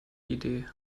idee